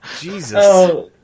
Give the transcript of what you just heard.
Jesus